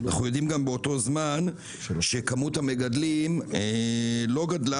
אנחנו יודעים גם באותו זמן שכמות המגדלים לא גדולה